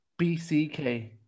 BCK